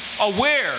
aware